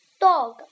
Dog